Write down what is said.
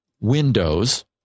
Windows